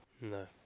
No